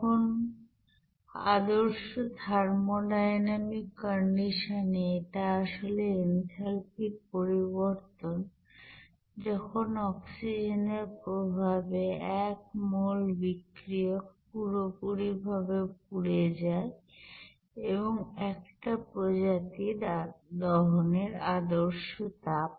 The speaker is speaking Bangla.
এখন আদর্শ থার্মোডাইনামিক কন্ডিশনে এটা আসলে এনথালপির পরিবর্তন যখন অক্সিজেন এর প্রভাবে এক মোল বিক্রিয়ক পুরোপুরিভাবে পুড়ে যায় এবং একটা প্রজাতির দহনের আদর্শ তাপ